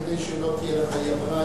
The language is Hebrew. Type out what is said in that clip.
כדי שלא תהיה לך אי-הבנה,